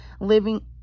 living